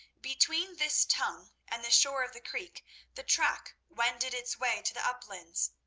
between this tongue and the shore of the creek the track wended its way to the uplands.